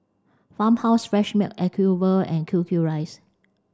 Farmhouse Fresh Milk Acuvue and Q Q Rice